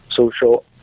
social